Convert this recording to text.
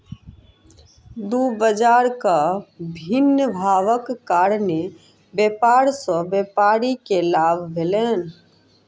दू बजारक भिन्न भावक कारणेँ व्यापार सॅ व्यापारी के लाभ भेलैन